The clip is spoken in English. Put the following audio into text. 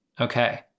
Okay